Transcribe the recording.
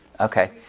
Okay